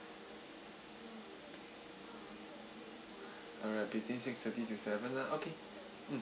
alright between six thirty to seven lah okay mm